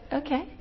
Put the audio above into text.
okay